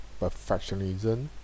perfectionism